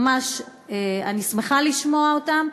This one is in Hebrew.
ממש אני שמחה לשמוע אותם,